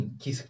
que